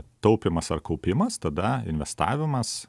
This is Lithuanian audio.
taupymas ar kaupimas tada investavimas